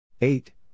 Eight